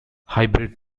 hybrid